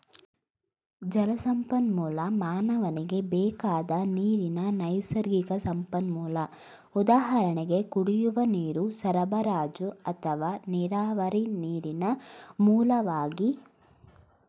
ಜಲಸಂಪನ್ಮೂಲ ಮಾನವನಿಗೆ ಬೇಕಾದ ನೀರಿನ ನೈಸರ್ಗಿಕ ಸಂಪನ್ಮೂಲ ಉದಾಹರಣೆ ಕುಡಿಯುವ ನೀರು ಸರಬರಾಜು ಅಥವಾ ನೀರಾವರಿ ನೀರಿನ ಮೂಲವಾಗಿ